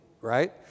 right